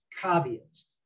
caveats